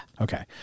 Okay